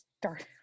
Start